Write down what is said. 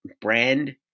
brand